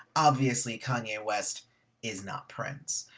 obviously, kanye west is not prince.